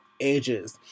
ages